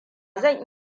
zan